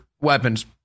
weapons